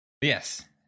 Yes